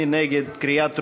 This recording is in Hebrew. מי נגד?